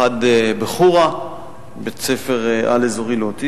שלאחר מכן מתברר בסרטון שלא כפי שהדוח